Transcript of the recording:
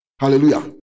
Hallelujah